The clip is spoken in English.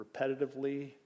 repetitively